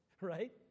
Right